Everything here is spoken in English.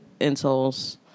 insoles